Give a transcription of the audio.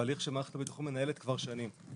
והליך שמערכת הביטחון מנהלת כבר שנים,